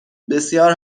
بسیار